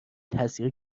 تاثیر